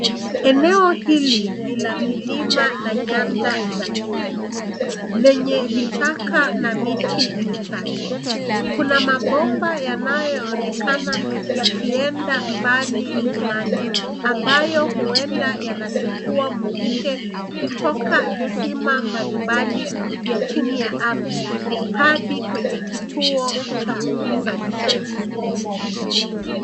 Eneo hili ni la milima na nyanda za juu lenye vichaka na miti michache. Kuna mabomba yanayoonekana yakienda mbali mlimani ambayo huenda yanachukua mvuke kutoka visima mbalimbali vya chini ya ardhi hadi kwenye kituo cha uzalishaji.